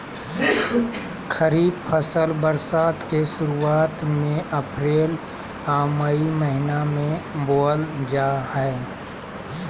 खरीफ फसल बरसात के शुरुआत में अप्रैल आ मई महीना में बोअल जा हइ